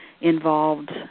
involved